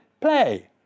Play